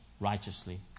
righteously